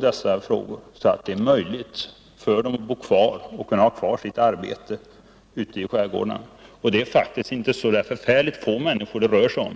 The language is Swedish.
dessa frågor, så att invånarna även i fortsättningen får möjlighet att arbeta och bo ute i skärgårdarna. Det är faktiskt inte så få människor det rör sig om.